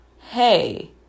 hey